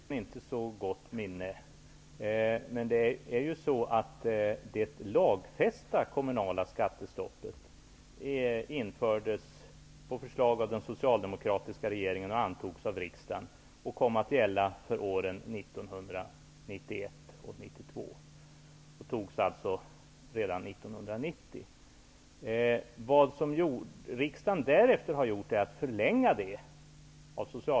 Herr talman! Per Olof Håkansson har tydligen inte så gott minne. Det lagfästa kommunala skattestoppet infördes på förslag av den socialdemokratiska regeringen och antogs av riksdagen. Det kom att gälla för åren 1991 och 1992. Beslutet fattades alltså redan 1990.